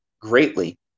greatly